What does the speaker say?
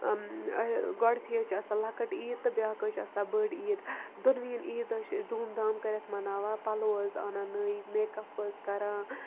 گۄڈٮ۪تھٕے حظ چھِ آسان لۄکٕٹ عیٖد تہٕ بیٛاکھ حظ چھِ آسان بٔڑ عیٖد دۄنؤیَن عیٖدَن چھِ أسۍ دوٗم دام کٔرِتھ مَناوان پَلو حظ اَنان نٔے میکف حظ کَران